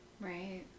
Right